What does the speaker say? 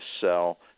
sell